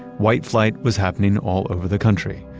white flight was happening all over the country.